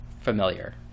familiar